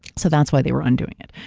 so that's why they were undoing it.